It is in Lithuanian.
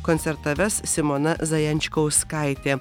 koncertą ves simona zajančkauskaitė